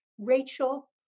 Rachel